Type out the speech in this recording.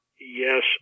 yes